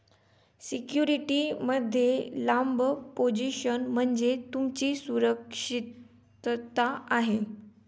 security मध्ये लांब position म्हणजे तुमची सुरक्षितता आहे